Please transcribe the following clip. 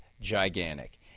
gigantic